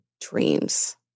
dreams